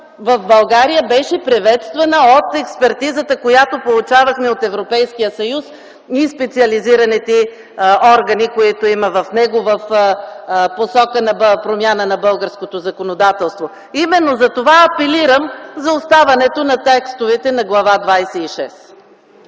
в България, но беше приветствана от експертизата, която получавахме от Европейския съюз и специализираните й органи, които има в него в посока на промяна на българското законодателство. Именно затова апелирам за оставане на текстовете на Глава